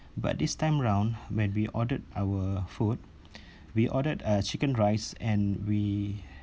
but this time round when we ordered our food we ordered uh chicken rice and we